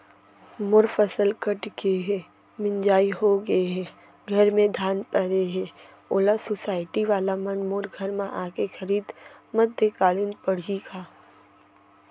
मोर फसल कट गे हे, मिंजाई हो गे हे, घर में धान परे हे, ओला सुसायटी वाला मन मोर घर म आके खरीद मध्यकालीन पड़ही का?